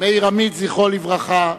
מאיר עמית, זכרו לברכה,